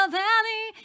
valley